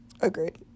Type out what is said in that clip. agreed